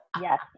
Yes